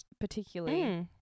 particularly